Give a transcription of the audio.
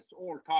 all-time